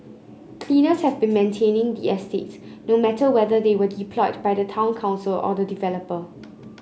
cleaners have been maintaining the estate no matter whether they were deployed by the town council or the developer